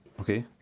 Okay